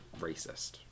racist